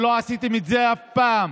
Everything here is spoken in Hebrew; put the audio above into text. שלא עשיתם את זה אף פעם,